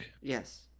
Yes